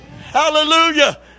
Hallelujah